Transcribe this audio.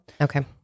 Okay